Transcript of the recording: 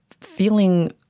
feeling